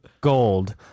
gold